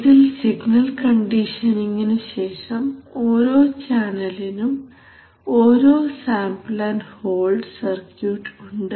ഇതിൽ സിഗ്നൽ കണ്ടീഷനിംഗിനുശേഷം ഓരോ ചാനലിനും ഓരോ സാമ്പിൾ ആൻഡ് ഹോൾഡ് സർക്യൂട്ട് ഉണ്ട്